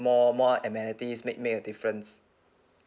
more more amenities make make a difference